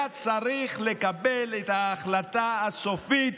היה צריך לקבל את ההחלטה הסופית,